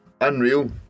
Unreal